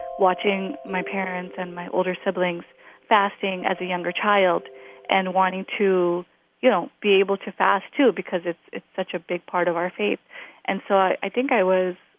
watching my parents and my older siblings fasting as a younger child and wanting to you know be able to fast, too, because it's it's such a big part of our faith and so i think i was